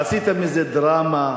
עשית מזה דרמה,